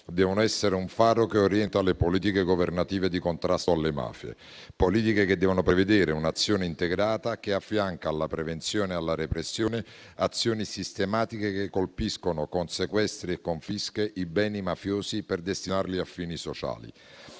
deve essere un faro che orienta le politiche governative di contrasto alle mafie; politiche che devono prevedere un'azione integrata che affianchi alla prevenzione e alla repressione azioni sistematiche che colpiscano con sequestri e confische i beni mafiosi per destinarli a fini sociali.